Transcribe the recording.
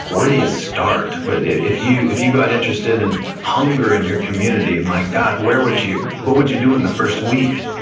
where do you start? if you if you got interested in hunger in your community, and my god, where would you, what would you do in the first week?